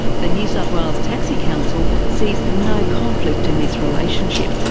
the new south wales taxi council sees no conflict in this relationship.